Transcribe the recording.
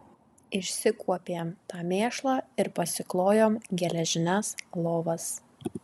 išsikuopėm tą mėšlą ir pasiklojom geležines lovas